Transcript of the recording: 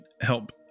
help